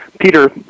Peter